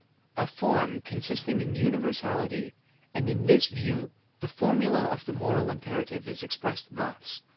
a form, consisting in universality and in this view the formula of the moral imperative is expressed thus,